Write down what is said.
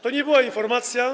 To nie była informacja.